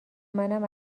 منم